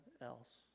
else